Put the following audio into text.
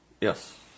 Yes